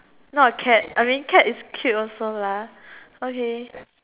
not a cat I mean cat is cute also lah okay